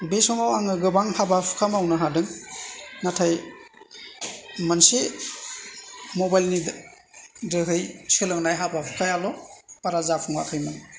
बे समाव आङो गोबां हाबा हुखा मावनो हादों नाथाय मोनसे मबेल नि जोहै सोलोंनाय हाबा हुखायाल' बारा जाफुङाखैमोन